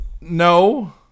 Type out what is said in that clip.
No